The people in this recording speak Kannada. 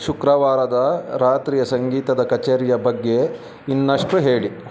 ಶುಕ್ರವಾರದ ರಾತ್ರಿಯ ಸಂಗೀತದ ಕಚೇರಿಯ ಬಗ್ಗೆ ಇನ್ನಷ್ಟು ಹೇಳಿ